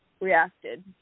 reacted